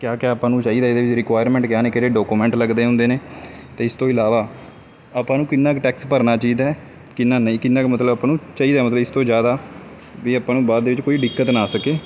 ਕਿਆ ਕਿਆ ਆਪਾਂ ਨੂੰ ਚਾਹੀਦਾ ਹੈ ਇਹਦੇ ਵਿੱਚ ਰਿਕੁਾਇਰਮੈਂਟ ਕਿਆ ਨੇ ਕਿਹੜੇ ਡਾਕੂਮੈਂਟ ਲੱਗਦੇ ਹੁੰਦੇ ਨੇ ਅਤੇ ਇਸ ਤੋਂ ਇਲਾਵਾ ਆਪਾਂ ਨੂੰ ਕਿੰਨਾ ਕੁ ਟੈਕਸ ਭਰਨਾ ਚਾਹੀਦਾ ਕਿੰਨਾ ਨਹੀਂ ਕਿੰਨਾ ਕੁ ਮਤਲਬ ਆਪਾਂ ਨੂੰ ਚਾਹੀਦਾ ਮਤਲਬ ਇਸ ਤੋਂ ਜ਼ਿਆਦਾ ਵੀ ਆਪਾਂ ਨੂੰ ਬਾਅਦ ਦੇ ਵਿੱਚ ਕੋਈ ਦਿੱਕਤ ਨਾ ਆ ਸਕੇ